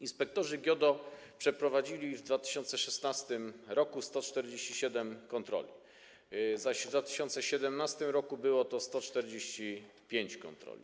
Inspektorzy GIODO przeprowadzili w 2016 r. 147 kontroli, zaś w 2017 r. było to 145 kontroli.